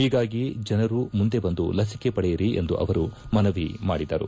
ಹೀಗಾಗಿ ಜನರು ಮುಂದೆ ಬಂದು ಲಸಿಕೆ ಪಡೆಯಿರಿ ಎಂದು ಅವರು ಮನವಿ ಮಾಡಿದರು